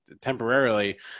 temporarily